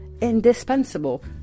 indispensable